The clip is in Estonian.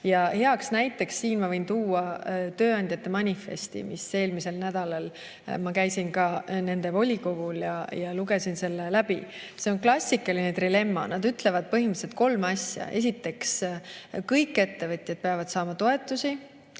Heaks näiteks võin tuua tööandjate manifesti. Eelmisel nädalal ma käisin ka nende volikogul ja lugesin selle läbi. See on klassikaline trilemma. Nad ütlevad põhimõtteliselt kolme asja. Esiteks, kõik ettevõtjad peavad saama toetusi.